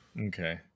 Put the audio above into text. Okay